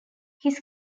his